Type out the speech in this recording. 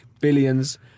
billions